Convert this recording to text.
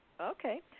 Okay